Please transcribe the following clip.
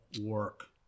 work